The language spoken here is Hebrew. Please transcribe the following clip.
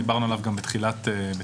דיברנו עליו גם בתחילת היום.